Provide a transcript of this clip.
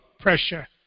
pressure